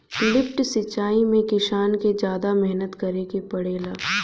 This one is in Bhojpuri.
लिफ्ट सिचाई में किसान के जादा मेहनत करे के पड़ेला